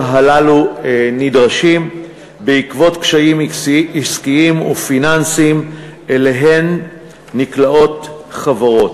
הללו נדרשים בעקבות קשיים עסקיים ופיננסיים שאליהם נקלעות חברות.